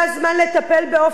עכשיו את מציעה גם לגייס את אשתי?